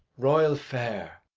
royal fair,